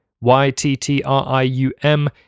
Y-T-T-R-I-U-M